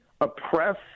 oppress